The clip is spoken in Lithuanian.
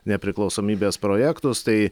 nepriklausomybės projektus tai